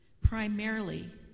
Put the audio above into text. primarily